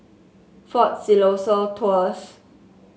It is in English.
Fort Siloso Tours